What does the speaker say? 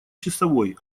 часовой